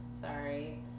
Sorry